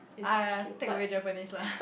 I take away Japanese lah